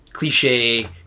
Cliche